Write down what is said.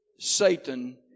Satan